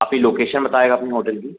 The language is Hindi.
आप ये लोकेशन बताइएगा अपने होटल की